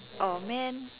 !aww! man